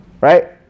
right